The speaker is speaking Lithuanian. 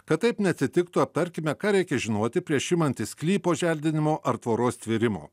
kad taip neatsitiktų aptarkime ką reikia žinoti prieš imantis sklypo želdinimo ar tvoros tvėrimo